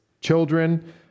children